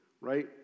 right